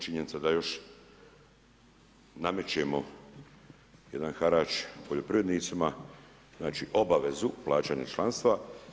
Činjenica da još namećemo jedan harač poljoprivrednicima, znači obavezu plaćanje članstva.